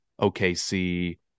OKC